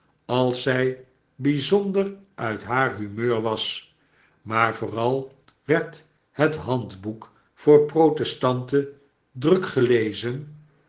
als zij bijzonder uit haar humeur was maar vooral werd het handboek voor protestanten druk gelezen